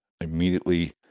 immediately